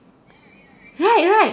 right right